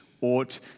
ought